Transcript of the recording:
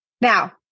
Now